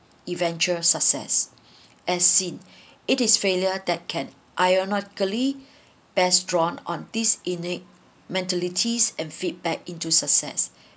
eventual success as seen it is failure that can ironically best drawn on these enact mentalities and feedback into success